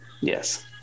Yes